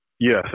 Yes